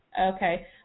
Okay